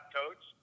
coach